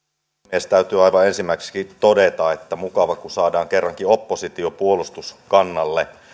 puhemies täytyy aivan ensimmäiseksi todeta että mukava kun saadaan kerrankin oppositio puolustuskannalle